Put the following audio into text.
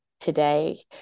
today